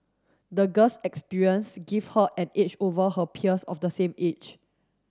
the girl's experience give her an edge over her peers of the same age